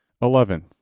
Eleventh